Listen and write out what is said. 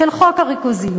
של חוק הריכוזיות,